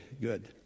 good